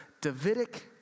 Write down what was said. Davidic